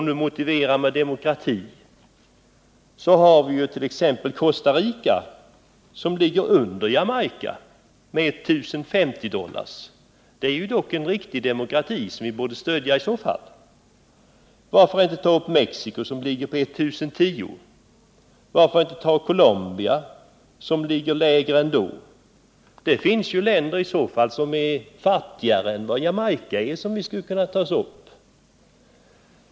Om man motiverar biståndet med demokrati har vi t.ex. Costa Rica, som ligger under Jamaica med 1 050 dollar. Det är dock en riktig demokrati som vi i så fall borde stödja. Varför inte ta upp Mexico, som ligger på 1010 dollar, eller Colombia, som ligger ännu lägre? Det finns länder som är fattigare än Jamaica och som vi skulle kunna ta upp.